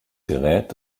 gerät